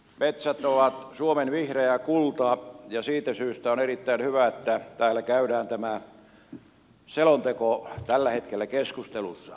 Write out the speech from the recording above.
metsät ovat suomen vihreää kultaa ja siitä syystä on erittäin hyvä että täällä käydään tämä selonteko tällä hetkellä keskustelussa